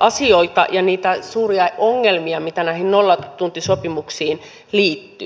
asioita ja niitä suuria ongelmia mitä näihin nollatuntisopimuksiin liittyy